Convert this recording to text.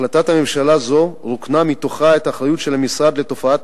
החלטת ממשלה זו רוקנה מתוכן את אחריות המשרד לתופעה,